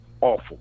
awful